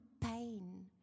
pain